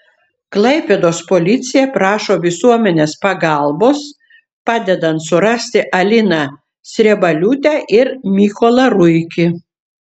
klaipėdos policija prašo visuomenės pagalbos padedant surasti aliną sriebaliūtę ir mykolą ruikį